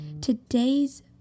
today's